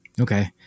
Okay